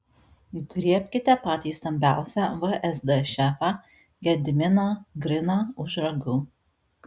griebkite patį stambiausią vsd šefą gediminą griną už ragų